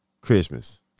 Christmas